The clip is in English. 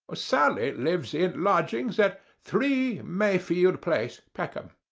ah sally lives in lodgings at three, mayfield place, peckham.